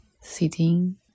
sitting